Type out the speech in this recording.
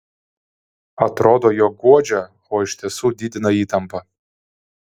atrodo jog guodžia o iš tiesų didina įtampą